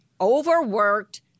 overworked